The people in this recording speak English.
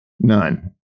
None